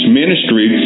ministry